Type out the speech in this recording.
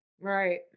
Right